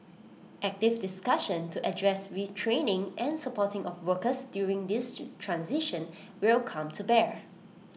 active discussion to address retraining and supporting of workers during this transition will come to bear